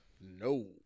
no